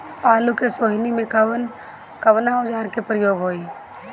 आलू के सोहनी में कवना औजार के प्रयोग होई?